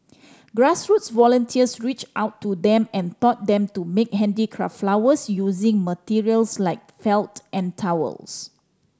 grassroots volunteers reached out to them and taught them to make handicraft flowers using materials like felt and towels